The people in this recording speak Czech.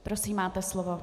Prosím, máte slovo.